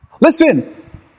Listen